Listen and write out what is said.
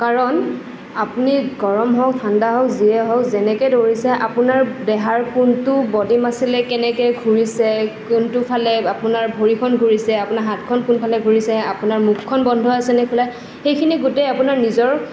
কাৰণ আপুনি গৰম হওঁক ঠাণ্ডা হওঁক যিয়ে হওঁক যেনেকৈ দৌৰিছে আপোনাৰ দেহাৰ কোনটো বডি মাছলে কেনেকৈ ঘূৰিছে কোনটো ফালে আপোনাৰ ভৰিখন ঘূৰিছে আপোনাৰ হাতখন কোনফালে ঘূৰিছে আপোনাৰ মুখখন বন্ধ আছেনে খোলা সেইখিনি গোটেই আপোনাৰ নিজৰ